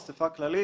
אסיפה כללית